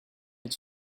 est